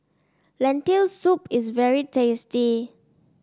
Lentil Soup is very tasty